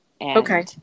Okay